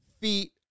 feet